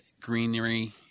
greenery